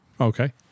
Okay